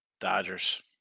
Dodgers